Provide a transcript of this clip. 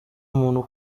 umuntu